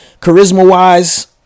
charisma-wise